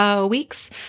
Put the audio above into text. weeks